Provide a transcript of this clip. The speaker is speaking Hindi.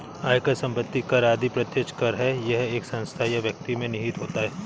आयकर, संपत्ति कर आदि प्रत्यक्ष कर है यह एक संस्था या व्यक्ति में निहित होता है